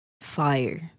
Fire